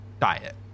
diet